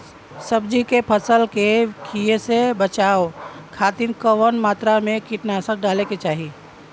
सब्जी के फसल के कियेसे बचाव खातिन कवन मात्रा में कीटनाशक डाले के चाही?